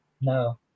No